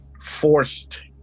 forced